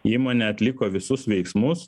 įmonė atliko visus veiksmus